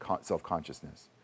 self-consciousness